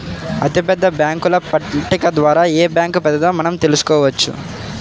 అతిపెద్ద బ్యేంకుల పట్టిక ద్వారా ఏ బ్యాంక్ పెద్దదో మనం తెలుసుకోవచ్చు